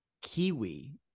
kiwi